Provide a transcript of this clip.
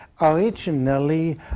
originally